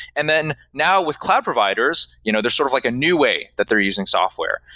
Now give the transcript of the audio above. and then now with cloud providers, you know there's sort of like a new way that they're using software,